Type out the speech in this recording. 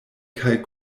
kaj